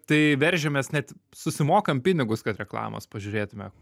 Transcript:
tai veržiamės net susimokam pinigus kad reklamos pažiūrėtume